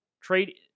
Trade